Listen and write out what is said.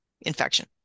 infection